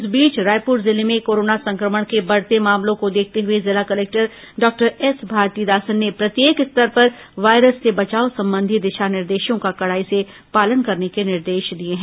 इस बीच रायपुर जिले में कोरोना संक्रमण के बढ़ते मामलों को देखते हुए जिला कलेक्टर डॉक्टर एस भारतीदासन ने प्रत्येक स्तर पर वायरस से बचाव संबंधी दिशा निर्देशों का कडाई से पालन करने के निर्देश दिए हैं